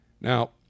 Now